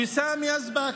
ויסאם יזבק,